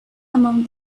among